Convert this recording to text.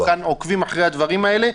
אנחנו כאן עוקבים אחרי הדברים האלה.